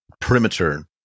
perimeter